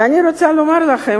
ואני רוצה לומר לכם,